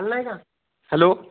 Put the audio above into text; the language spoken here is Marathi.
बोला ना हॅलो